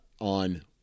on